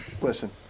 listen